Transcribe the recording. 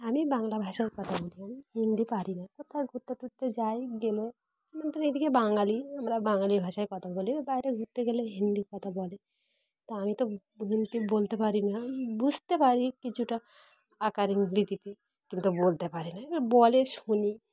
আমি বাংলা ভাষায় কথা বলি আমি হিন্দি পারি না কোথাও ঘুরতে টুরতে যাই গেলে আমাদের এদিকে বাঙালি আমরা বাঙালি ভাষায় কথা বলি বাইরে ঘুরতে গেলে হিন্দির কথা বলে তাো আমি তো হিন্দি বলতে পারি না বুঝতে পারি কিছুটা আকার ইঙ্গিতে কিন্তু বলতে পারি না এবার বলে শুনি